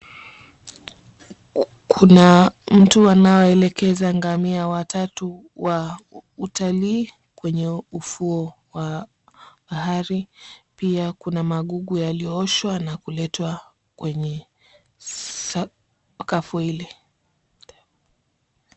Kuna mtu anawaelekeza ngamia watatu wa utalii kwenye ufuo wa bahari. Pia kuna magugu yaliyooshwa na kuletwa kwenye sakafu hili.